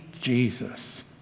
Jesus